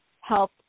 help